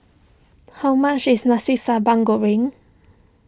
how much is Nasi Sambal Goreng